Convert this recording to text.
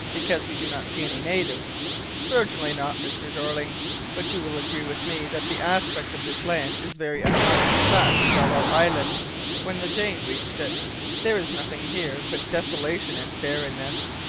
because we do not see any natives certainly not, mr. jeorling but you will agree with me that the aspect of this land is very unlike that of tsalal island when the jane reached it there is nothing here but desolation and barrenness.